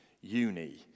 uni